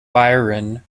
byron